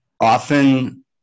often